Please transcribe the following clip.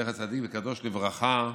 זכר צדיק וקדוש לברכה,